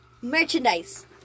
merchandise